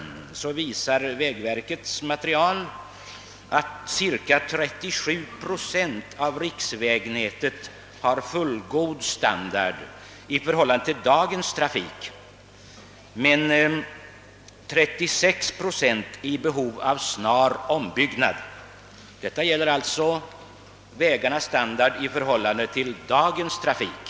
Vägoch vattenbyggnadsverkets material visar att cirka 37 procent av riksvägnätet har fullgod standard, medan 36 procent är i behov av snar ombyggnad. Detta gäller alltså vägarnas standard i förhållande till dagens trafik.